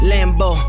Lambo